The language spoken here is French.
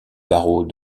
barreau